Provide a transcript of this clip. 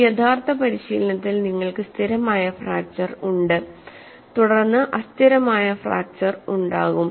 ഒരു യഥാർത്ഥ പരിശീലനത്തിൽ നിങ്ങൾക്ക് സ്ഥിരമായ ഫ്രാക്ച്ചർ ഉണ്ട് തുടർന്ന് അസ്ഥിരമായ ഫ്രാക്ച്ചർ ഉണ്ടാകും